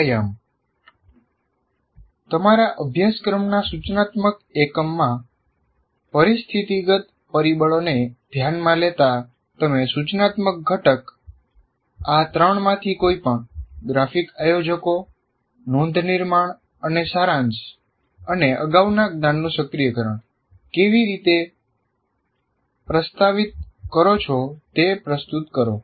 વ્યાયામ તમારા અભ્યાસક્રમના સૂચનાત્મક એકમમાં પરિસ્થિતિગત પરિબળોને ધ્યાનમાં લેતા તમે સૂચનાત્મક ઘટક આ ત્રણમાંથી કોઈપણ ગ્રાફિક આયોજકો નોંધ નિર્માણ અને સારાંશ અને અગાઉના જ્ઞાનનું સક્રિયકરણ કેવી રીતે પ્રસ્તાવિત કરો છો તે પ્રસ્તુત કરો